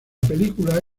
película